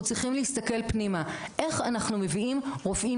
צריכים להסתכל פנימה - איך אנחנו מביאים רופאים